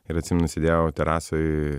ir atsimenu sėdėjau terasoj